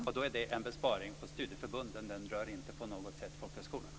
Fru talman! Det är en besparing på studieförbunden. Den rör inte på något sätt folkhögskolorna.